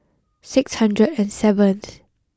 six hundred and seventh